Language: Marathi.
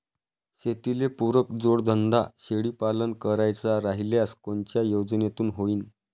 शेतीले पुरक जोडधंदा शेळीपालन करायचा राह्यल्यास कोनच्या योजनेतून होईन?